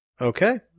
Okay